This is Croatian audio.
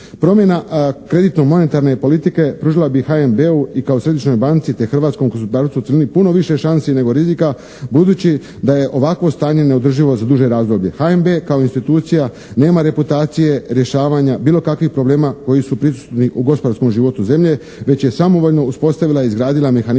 Promjena kreditno-monetarne politike pružila bi HNB-u i kao središnjoj banci te hrvatskom …/Govornik se ne razumije./… puno više šansi nego rizika budući da je ovakvo stanje neodrživo za duže razdoblje. HNB kao institucija nema reputacije rješavanja bilo kakvih problema koji su prisutni u gospodarskom životu zemlje već je samovoljno uspostavila i izgradila mehanizam